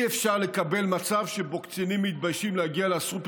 מדינת ישראל ממשיכה להיות מאותגרת,